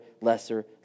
lesser